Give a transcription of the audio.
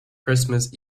christmas